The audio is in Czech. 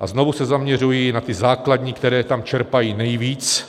A znovu se zaměřuji na ty základní, které tam čerpají nejvíc